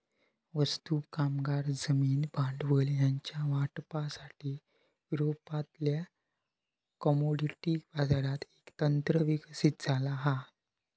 वस्तू, कामगार, जमीन, भांडवल ह्यांच्या वाटपासाठी, युरोपातल्या कमोडिटी बाजारात एक तंत्र विकसित झाला हा